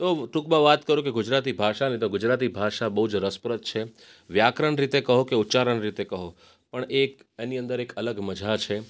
તો ટૂંકમાં વાત કરું ગુજરાતી ભાષાની તો ગુજરાતી ભાષા બહુ જ રસપ્રદ છે વ્યાકરણ રીતે કહો કે ઉચ્ચારણ રીતે કહો પણ એક એની અંદર એક અલગ મજા છે